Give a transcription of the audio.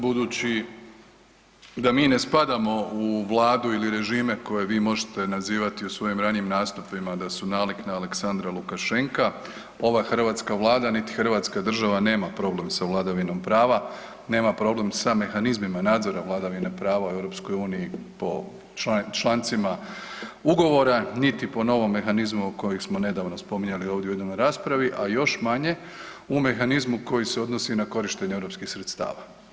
Budući da mi ne spadamo u Vladu ili režime koje vi možete nazivati u svojim ranijim nastupima da su nalik na Aleksandra Lukašenka ova hrvatska Vlada niti Hrvatska država nema problem sa vladavinom prava, nema problem sa mehanizmima nadzora vladavine prava u EU po člancima ugovora niti po novom mehanizmu kojeg smo nedavno spominjali ovdje u jednoj raspravi, a još manje u mehanizmu koji se odnosi na korištenje europskih sredstava.